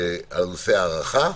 על נושא ההארכה.